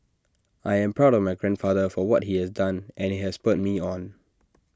I am proud of my grandfather for what he has done and IT has spurred me on